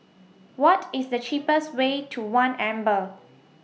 What IS The cheapest Way to one Amber